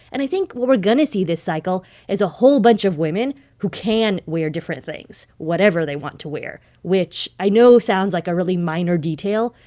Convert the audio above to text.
and i think what we're going to see this cycle is a whole bunch of women who can wear different things whatever they want to wear. which i know sounds like a really minor detail,